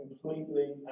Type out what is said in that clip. completely